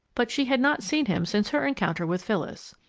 but she had not seen him since her encounter with phyllis.